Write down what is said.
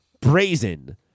brazen